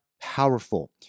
powerful